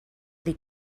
dir